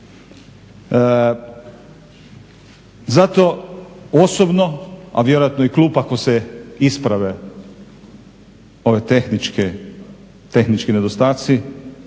Zato osobno, a vjerujem i klub ako se isprave ovi tehnički nedostaci,